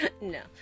No